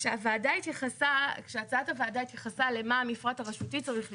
כשהצעת הוועדה התייחסה למה המפרט הרשותי צריך לשקול,